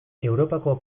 europako